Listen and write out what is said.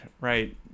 right